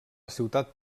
ciutat